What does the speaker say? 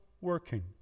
working